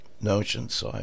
notions